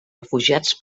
refugiats